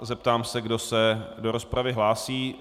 Zeptám se, kdo se do rozpravy hlásí.